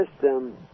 system